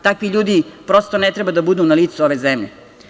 Takvi ljudi, prosto ne treba da budu na licu ove zemlje.